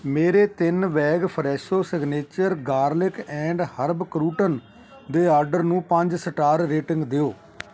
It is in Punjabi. ਮੇਰੇ ਤਿੰਨ bag Fresho signature garlic and herb crouton ਦੇ ਆਰਡਰ ਨੂੰ ਪੰਜ ਸਟਾਰ ਰੇਟਿੰਗ ਦਿਓ